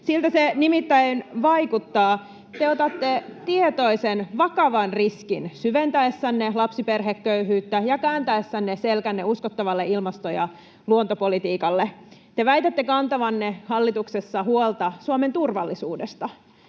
Siltä se nimittäin vaikuttaa. Te otatte tietoisen, vakavan riskin syventäessänne lapsiperheköyhyyttä ja kääntäessänne selkänne uskottavalle ilmasto- ja luontopolitiikalle. Te väitätte kantavanne hallituksessa huolta Suomen turvallisuudesta,